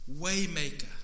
Waymaker